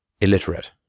illiterate